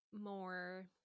more